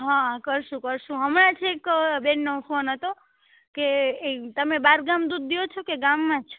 હ કરીશું કરીશું હમણાં એક બેનનો ફોન હતો કે એ તમે બહારગામ દૂધ દ્યો છો કે ગામમાં જ